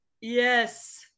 yes